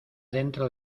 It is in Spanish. dentro